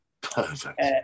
Perfect